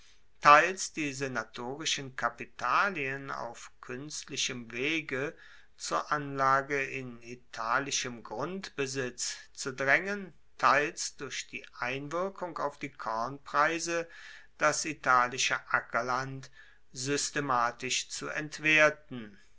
teils die senatorischen kapitalien auf kuenstlichem wege zur anlage in italischem grundbesitz zu draengen teils durch die einwirkung auf die kornpreise das italische ackerland systematisch zu entwerten